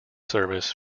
service